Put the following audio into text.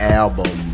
album